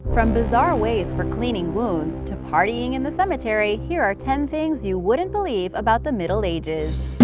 from bizarre ways for cleaning wounds to partying in the cemetery, here are ten things you wouldn't believe about the middle ages!